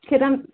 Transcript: کھِرم